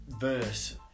verse